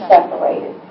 Separated